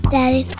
Daddy